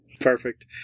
Perfect